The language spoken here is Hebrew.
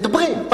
מדברים,